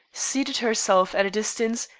seated herself at a distance,